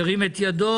ירים את ידו.